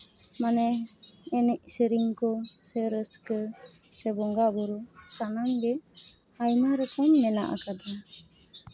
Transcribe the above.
ᱢᱟᱱᱮ ᱮᱱᱮᱡ ᱥᱮᱨᱮᱧ ᱠᱚ ᱥᱮ ᱨᱟᱹᱥᱠᱟᱹ ᱥᱮ ᱵᱚᱸᱜᱟ ᱵᱩᱨᱩ ᱥᱟᱱᱟᱢ ᱜᱮ ᱟᱭᱢᱟ ᱨᱚᱠᱚᱢ ᱢᱮᱱᱟᱜ ᱟᱠᱟᱫᱟ